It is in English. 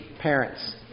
parents